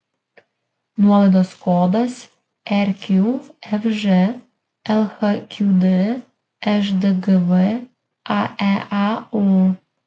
nuolaidos kodas rqfž lhqd šdgv aeao